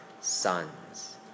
sons